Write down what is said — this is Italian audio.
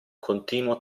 continuo